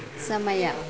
ಸಮಯ